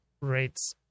rates